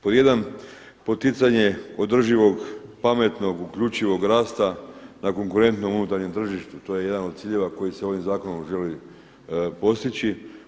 Pod 1. poticanje održivog, pametnog, uključivog rasta na konkurentnom unutarnjem tržištu, to je jedan od ciljeva koji se ovim zakonom želi postići.